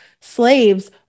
slaves